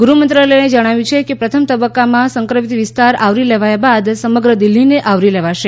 ગૃહમંત્રાલયે જણાવ્યું છે કે પ્રથમ તબક્કામાં સંક્રમિત વિસ્તાર આવરી લેવાયા બાદ સમગ્ર દિલ્હીને આવરી લેવાશે